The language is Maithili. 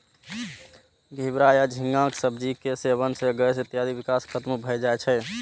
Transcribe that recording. घिवरा या झींगाक सब्जी के सेवन सं गैस इत्यादिक विकार खत्म भए जाए छै